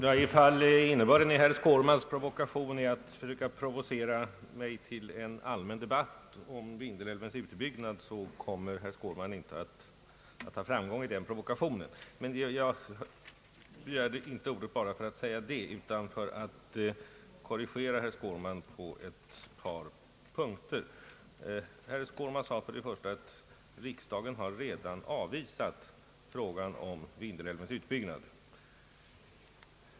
Herr talman! Om innebörden av herr Skårmans provokation är att försöka provocera mig till en allmän debatt om Vindelälvens utbyggnad så kommer han inte att ha framgång. Men jag begärde inte ordet bara för att säga det utan för att korrigera herr Skårman på ett par punkter. Herr Skårman sade att riksdagen redan har avvisat Vindelälvens utbyggnad.